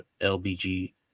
LBG